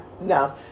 no